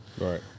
Right